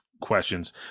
questions